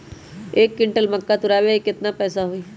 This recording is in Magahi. एक क्विंटल मक्का तुरावे के केतना पैसा होई?